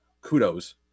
kudos